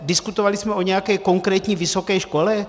Diskutovali jsme o nějaké konkrétní vysoké škole?